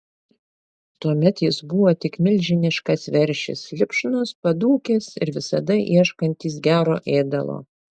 tuomet jis buvo tik milžiniškas veršis lipšnus padūkęs ir visada ieškantis gero ėdalo